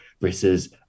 versus